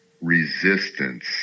resistance